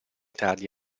tardi